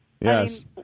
yes